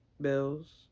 bills